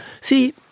see